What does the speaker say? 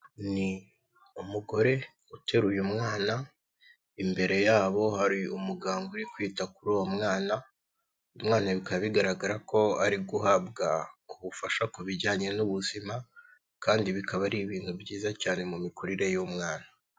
Ni umugore uteruye umwana, imbere yabo hari umuganga uri kwita kuri uwo mwana, umwana bikaba bigaragara ko ari guhabwa ubufasha ku bijyanye n'ubuzima kandi bikaba ari ibintu byiza cyane mu mikurire y'umwana.